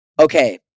Okay